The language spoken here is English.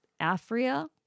Afria